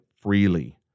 freely